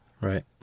Right